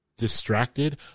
distracted